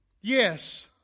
Yes